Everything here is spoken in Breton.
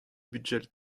bugel